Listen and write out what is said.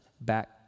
back